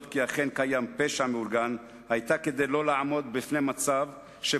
כי אכן קיים פשע מאורגן היתה לא לעמוד בפני מצב של